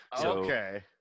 okay